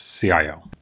CIO